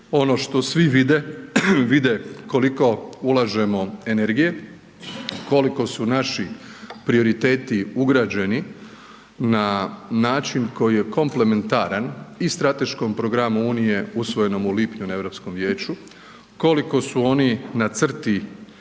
Ono što svi vide, vide koliko ulažemo energije, koliko su naši prioriteti ugrađeni na način koji je komplementaran i strateškom programu Unije usvojenom u lipnju na Europskom vijeću, koliko su oni na crti